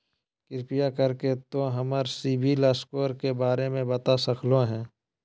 कृपया कर के तों हमर सिबिल स्कोर के बारे में बता सकलो हें?